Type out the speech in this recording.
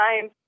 time